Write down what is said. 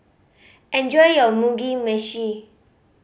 enjoy your Mugi Meshi